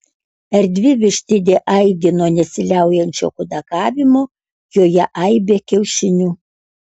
erdvi vištidė aidi nuo nesiliaujančio kudakavimo joje aibė kiaušinių